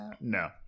No